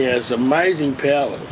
has amazing powers.